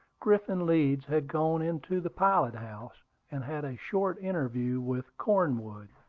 griffin leeds had gone into the pilot-house and had a short interview with cornwood.